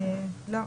לא.